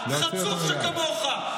חצוף שכמוך.